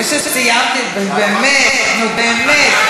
זה שציינתי, באמת, נו, באמת.